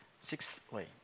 Sixthly